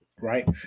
right